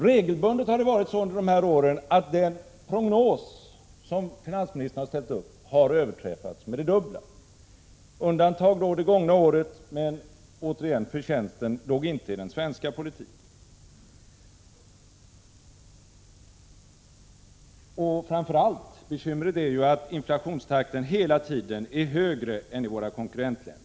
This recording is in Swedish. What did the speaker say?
Regelbundet har det varit så under de här åren att prognoser som finansministern har ställt upp har överträffats med det dubbla, med undantag för det just gångna året — men, återigen, förtjänsten låg inte i den svenska politiken. Framför allt är ju bekymret att inflationstakten hela tiden är högre än i våra konkurrentländer.